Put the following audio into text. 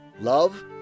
love